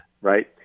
right